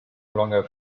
longer